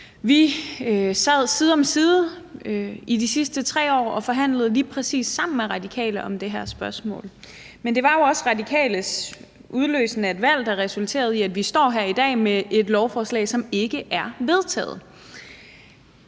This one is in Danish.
år sad side om side med Radikale og forhandlede om lige præcis det her spørgsmål. Men det var jo også det, at Radikale udløste et valg, der resulterede i, at vi står her i dag med et lovforslag, som ikke er vedtaget.